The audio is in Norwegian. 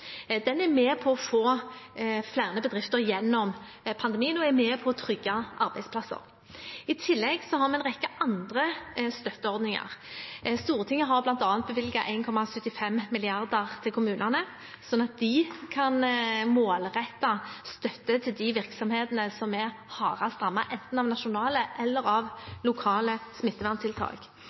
Den er med på å få flere bedrifter gjennom pandemien og er med på å trygge arbeidsplasser. I tillegg har vi en rekke andre støtteordninger. Stortinget har bl.a. bevilget 1,75 mrd. kr til kommunene, sånn at de kan målrette støtte til de virksomhetene som er hardest rammet, enten av nasjonale eller av lokale smitteverntiltak.